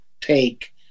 take